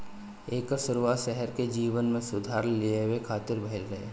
एकर शुरुआत शहर के जीवन में सुधार लियावे खातिर भइल रहे